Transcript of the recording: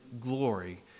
glory